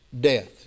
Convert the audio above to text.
death